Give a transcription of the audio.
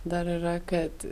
dar yra kad